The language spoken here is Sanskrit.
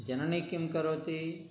जननी किं करोति